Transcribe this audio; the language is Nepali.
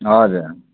हजुर